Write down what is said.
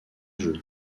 jeu